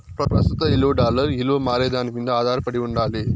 ప్రస్తుత ఇలువ డాలర్ ఇలువ మారేదాని మింద ఆదారపడి ఉండాలి